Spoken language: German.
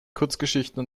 kurzgeschichten